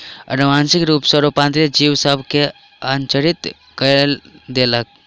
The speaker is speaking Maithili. अनुवांशिक रूप सॅ रूपांतरित जीव सभ के अचंभित कय देलक